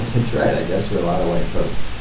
that's right, i guess for a lot of white folks.